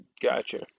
Gotcha